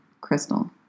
Crystal